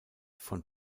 von